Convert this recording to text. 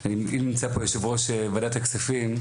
אם נמצא פה יושב-ראש ועדת הכספים,